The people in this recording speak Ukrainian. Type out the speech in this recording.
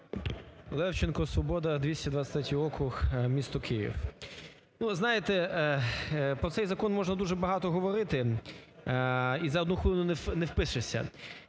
Левченко, "Свобода", 223-й округ, місто Київ. Ви знаєте, про цей закон можна дуже багато говорити і за одну хвилину не впишешся,